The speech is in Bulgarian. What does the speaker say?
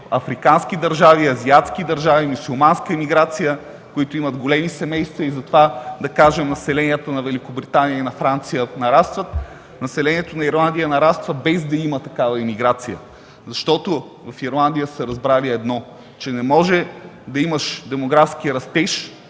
африкански държави, азиатски държави, мюсюлманска имиграция, които имат големи семейства и затова населенията на Великобритания и на Франция нарастват. Населението на Ирландия нараства без да има такава имиграция, защото в Ирландия са разбрали едно – че не може да имаш демографски растеж,